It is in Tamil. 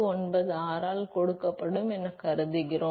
0296 ஆல் கொடுக்கப்படும் என்றும் கருதுகிறோம்